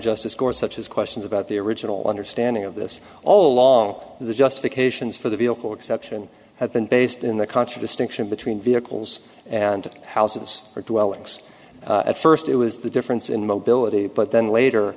justice course such as questions about the original understanding of this all along the justifications for the vehicle exception have been based in the contradistinction between vehicles and houses or dwellings at first it was the difference in mobility but then later